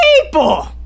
people